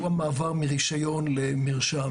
והוא המעבר מרישיון למרשם.